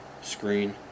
screen